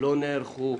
לא נערכו?